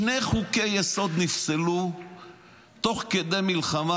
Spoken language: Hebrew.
שני חוקי-יסוד נפסלו תוך כדי מלחמה,